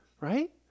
Right